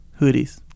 hoodies